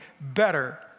better